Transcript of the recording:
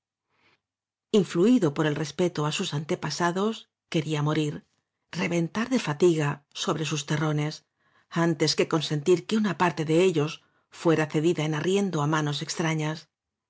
influido por el respeto á sus antepasados quería morir reventar de fatiga sobre sus áñ terrones antes que consentir que una parte de ellos fuera cedida en arriendo á manos entrañas